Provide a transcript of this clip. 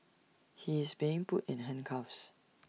he is being put in handcuffs